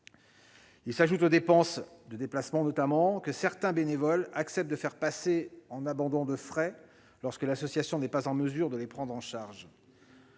Ils s'ajoutent aux dépenses, notamment de déplacement, que certains bénévoles acceptent de faire passer en abandon de frais, lorsque l'association n'est pas en mesure de les prendre en charge.